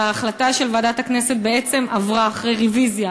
וההחלטה של ועדת הכנסת בעצם עברה אחרי רוויזיה,